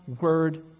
word